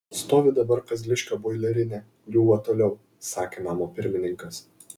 stovi dabar kazliškio boilerinė griūva toliau sakė namo pirmininkas